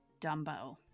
Dumbo